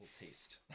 taste